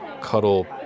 cuddle